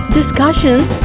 discussions